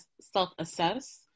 self-assess